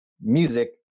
music